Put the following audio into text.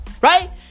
right